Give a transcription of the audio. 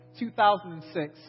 2006